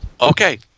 Okay